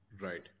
Right